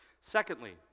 Secondly